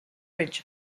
ridge